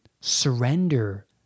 Surrender